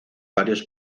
varios